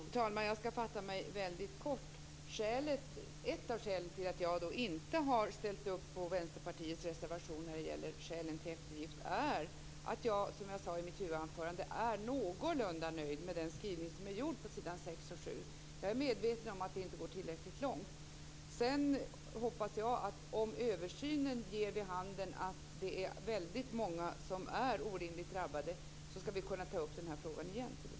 Fru talman! Jag skall fatta mig mycket kort. Ett av skälen till att jag inte har ställt mig bakom Vänsterpartiets reservation när det gäller skälen till eftergift är att jag, som jag sade i mitt huvudanförande, är någorlunda nöjd med den skrivning som är gjord på s. 6 och 7. Jag är medveten om att detta inte går tillräckligt långt. Sedan hoppas jag att om översynen ger vid handen att det är väldigt många som är drabbade på ett orimligt sätt, skall vi kunna ta upp denna fråga till debatt igen.